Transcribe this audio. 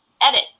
edit